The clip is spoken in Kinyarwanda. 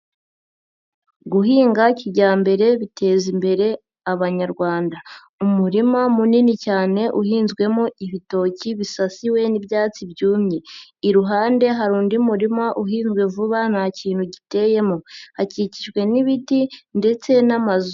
Guhinga kijyambere biteza imbere abanyarwanda. Umurima munini cyane uhinzwemo ibitoki bisasiwe n'ibyatsi byumye. Iruhande hari undi murima uhinzwe vuba nta kintu giteyemo. Hakikijwe n'ibiti ndetse n'amazu.